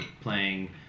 playing